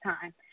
time